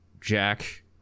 jack